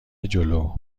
جلو